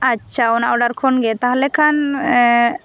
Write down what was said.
ᱟᱪᱷᱟ ᱚᱱᱟ ᱚᱵᱟᱨ ᱠᱷᱚᱱ ᱜᱮ ᱛᱟᱦᱞᱮ ᱠᱷᱟᱱ ᱮᱸ